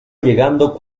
llegando